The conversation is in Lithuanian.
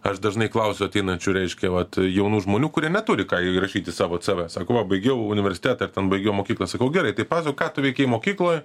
aš dažnai klausiu ateinančių reiškia vat jaunų žmonių kurie neturi ką įrašyt į savo cv sako va baigiau universitetą ar ten baigiau mokyklą sakau gerai tai pasok ką tu veikei mokykloj